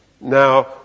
now